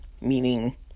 meaning